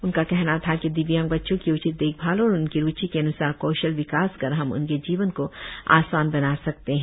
उनका कहना था कि दिव्यांग बच्चों की उचित देखभाल और उनकी रुचि के अन्सार कौशल विकास कर हम उनके जीवन को आसान बना सकते है